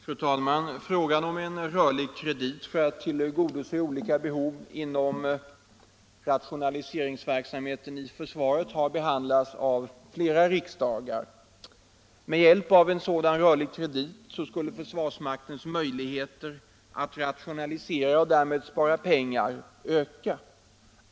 Nr 70 Sedan samtliga uitsiler avsnittet Fastighetsindelningen m. sh Anda Tisdagen den talar nu haft ordet övergår kammaren till att debattera Rörliga krediter 29 april 1975 för investeringar i rationaliseringssyfte inom försvarsväsendet. Granskning av Herr BJÖRCK i Nässjö : statsrådens Fru talman! Frågan om en rörlig kredit för att tillgodose olika ratio — tjänsteutövning naliseringsbehov inom försvaret har behandlats av flera riksdagar. Med — m.m. hjälp av en sådan rörlig kredit skulle försvarsmaktens möjligheter att rationalisera och därmed att spara pengar öka.